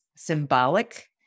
symbolic